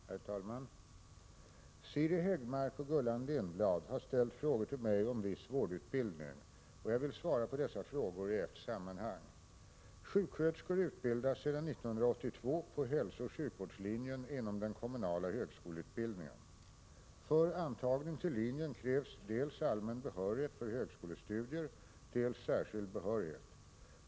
Herr talman! Siri Häggmark och Gullan Lindblad har ställt frågor till mig om viss vårdutbildning. Jag vill svara på dessa frågor i ett sammanhang. Sjuksköterskor utbildas sedan 1982 på hälsooch sjukvårdslinjen inom den kommunala högskoleutbildningen. För antagning till linjen krävs dels allmän behörighet för högskolestudier, dels särskild behörighet.